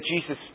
Jesus